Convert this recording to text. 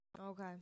Okay